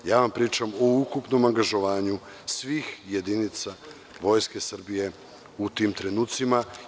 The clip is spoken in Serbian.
Pričam vam o ukupnom angažovanju svih jedinica Vojske Srbije u tim trenucima.